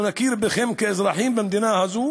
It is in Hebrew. אנחנו נכיר בכם כאזרחים במדינה הזו